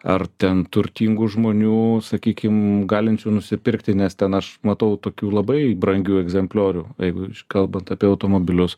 ar ten turtingų žmonių sakykim galinčių nusipirkti nes ten aš matau tokių labai brangių egzempliorių jeigu kalbant apie automobilius